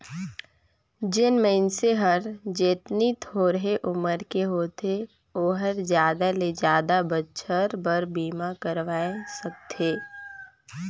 जेन मइनसे हर जेतनी थोरहें उमर के होथे ओ हर जादा ले जादा बच्छर बर बीमा करवाये सकथें